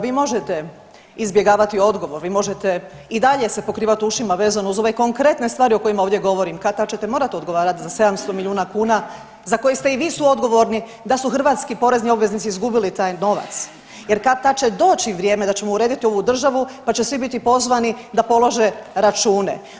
Vi možete izbjegavati odgovor, vi možete i dalje se pokrivati ušima vezano uz ove konkretne stvari o kojima ovdje govorim, kad-tad ćete morati odgovarati za 700 milijuna kuna za koje ste i vi suodgovorni da su hrvatski porezni obveznici izgubili taj novac jer kad-tad će doći vrijeme da ćemo urediti ovu državu pa će svi biti pozvani da polože računa.